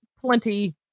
plenty